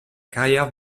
carrière